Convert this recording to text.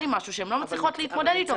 עם משהו שהן לא מצליחות להתמודד איתו.